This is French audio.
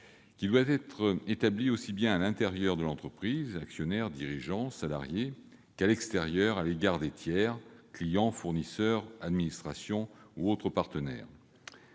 qui doit être établi aussi bien à l'intérieur de l'entreprise, entre actionnaires, dirigeants, salariés, qu'à l'extérieur, à l'égard des tiers, qu'il s'agisse des clients, fournisseurs, administrations ou autres partenaires.